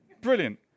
Brilliant